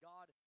God